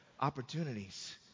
opportunities